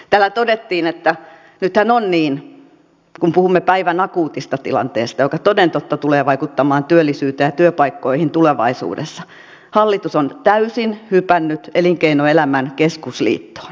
täällä todettiin että nythän on niin kun puhumme päivän akuutista tilanteesta joka toden totta tulee vaikuttamaan työllisyyteen ja työpaikkoihin tulevaisuudessa että hallitus on täysin hypännyt elinkeinoelämän keskusliittoon